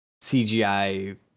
CGI